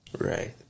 Right